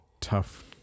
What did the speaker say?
tough